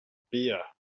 beer